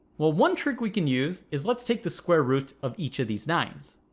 well one trick we can use is let's take the square root of each of these nine s